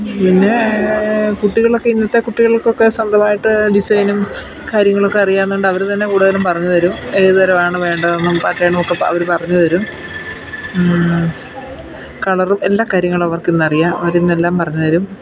പിന്നേ കുട്ടികളൊക്കെ ഇന്നത്തെ കുട്ടികൾക്കൊക്കെ സ്വന്തമായിട്ട് ഡിസൈനും കാര്യങ്ങളൊക്കെ അറിയാവുന്നതു കൊണ്ട് അവർ തന്നെ കൂടുതലും പറഞ്ഞു തരും ഏതു തരമാണ് വേണ്ടതെന്നും പാറ്റേണുമൊക്കെ അവർ പറഞ്ഞു തരും കളറും എല്ലാ കാര്യങ്ങളും അവർക്കിന്നറിയാം അവരിന്നെല്ലാം പറഞ്ഞു തരും